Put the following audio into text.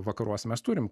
vakaruose mes turim